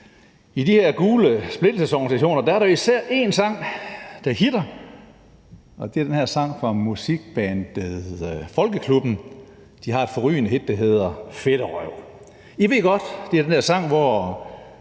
I de her gule splittelsesorganisationer er der især en sang, der hitter, og det er den her sang fra bandet Folkeklubben. De har et forrygende hit, der hedder »Fedterøv«. I ved godt, at det er den sang, hvor